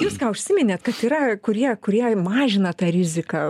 jūs ką užsiminėt kad yra kurie kurie mažina tą riziką